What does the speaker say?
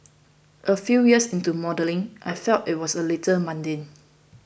a few years into modelling I felt that it was a little mundane